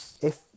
If